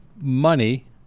money